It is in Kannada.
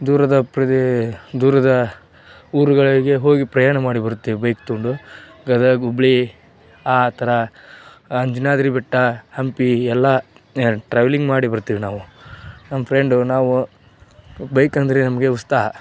ದೂರದ ಪ್ರದೇ ದೂರದ ಊರುಗಳಿಗೆ ಹೋಗಿ ಪ್ರಯಾಣ ಮಾಡಿ ಬರುತ್ತೇವೆ ಬೈಕ್ ತಗೊಂಡು ಗದಗ ಹುಬ್ಳಿ ಆ ಥರ ಅಂಜನಾದ್ರಿ ಬೆಟ್ಟ ಹಂಪಿ ಎಲ್ಲ ಟ್ರಾವೆಲಿಂಗ್ ಮಾಡಿ ಬರ್ತೀವಿ ನಾವು ನಮ್ಮ ಫ್ರೆಂಡು ನಾವು ಬೈಕ್ ಅಂದರೆ ನಮಗೆ ಉತ್ಸಾಹ